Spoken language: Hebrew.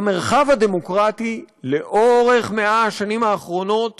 המרחב הדמוקרטי לאורך 100 השנים האחרונות